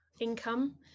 income